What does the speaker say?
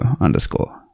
underscore